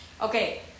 Okay